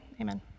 Amen